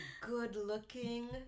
good-looking